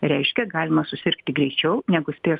reiškia galima susirgti greičiau negu spės